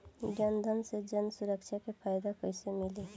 जनधन से जन सुरक्षा के फायदा कैसे मिली?